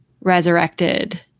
resurrected